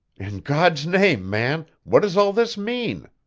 in god's name, man, what does all this mean?